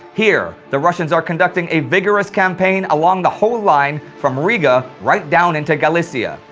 here the russians are conducting a vigorous campaign along the whole line from riga right down into galicia.